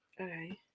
Okay